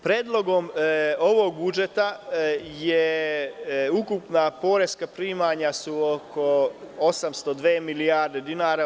Predlogom ovog budžeta su ukupna poreska primanja oko 802 milijarde dinara.